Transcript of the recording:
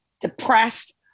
depressed